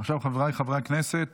חבריי חברי הכנסת,